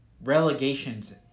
relegation's